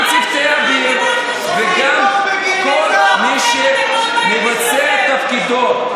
גם צוותי אוויר וגם כל מי שמבצע את תפקידו,